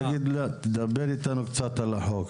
דבר איתנו קצת על החוק,